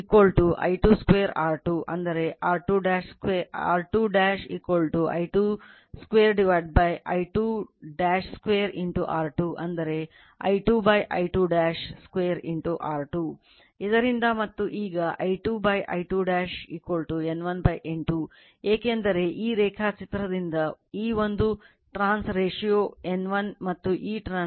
ಇದರಿಂದ ಮತ್ತು ಈಗ I2 I2 N1 N2 ಏಕೆಂದರೆ ಈ ರೇಖಾಚಿತ್ರದಿಂದ ಈ ಒಂದು trans ratio ವು N2